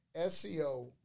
SEO